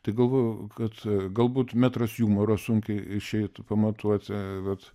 tai galvojau kad galbūt metras jumoro sunkiai išeitų pamatuoti vat